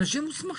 אלה אנשים מוסמכים,